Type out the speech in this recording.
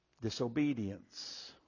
Disobedience